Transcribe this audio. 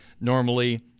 normally